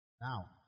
Now